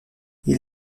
ils